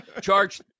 Charge